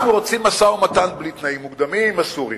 אנחנו רוצים משא-ומתן בלי תנאים מוקדמים עם הסורים.